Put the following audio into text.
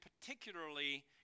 particularly